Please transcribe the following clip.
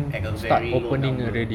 at a very low number